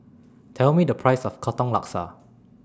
Tell Me The Price of Katong Laksa